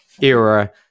era